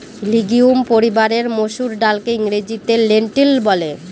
legume পরিবারের মসুর ডালকে ইংরেজিতে লেন্টিল বলে